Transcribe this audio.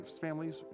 families